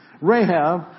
Rahab